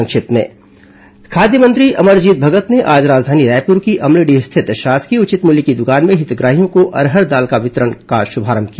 संक्षिप्त समाचार खाद्य मंत्री अमरजीत भगत ने आज राजधानी रायपुर की अमलीडीह स्थित शासकीय उचित मूल्य की दुकान में हितग्राहियों को अरहर दाल का वितरण का श्रभारंभ किया